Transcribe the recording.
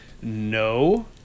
no